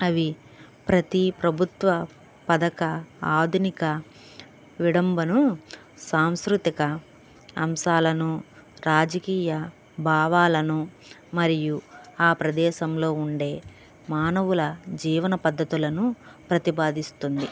అవి ప్రతీ ప్రభుత్వ పథక ఆధునిక విడంబను సాంసృతిక అంశాలను రాజకీయ భావాలను మరియు ఆ ప్రదేశంలో ఉండే మానవుల జీవన పద్ధతులను ప్రతిపాదిస్తుంది